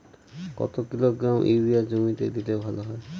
কত kilogram urea জমিতে দিলে ভালো হয়?